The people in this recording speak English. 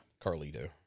Carlito